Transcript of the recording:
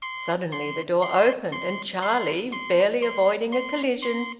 suddenly the door opened, and charlie, barely avoiding a collision,